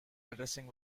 addressing